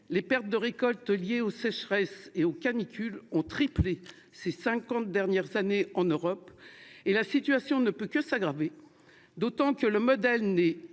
les pertes de récoltes liées aux sécheresses et aux canicules ont triplé ces cinquante dernières années en Europe. La situation ne peut que s'aggraver, d'autant que le modèle n'est